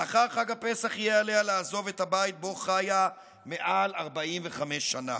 לאחר חג הפסח יהיה עליה לעזוב את הבית שבו חיה מעל 45 שנה